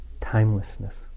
timelessness